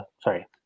Sorry